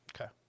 Okay